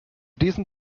diesem